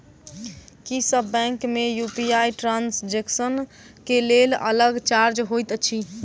की सब बैंक मे UPI transaction केँ लेल अलग चार्ज होइत अछि?